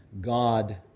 God